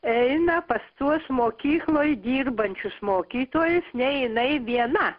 eina pas tuos mokykloj dirbančius mokytojus ne jina viena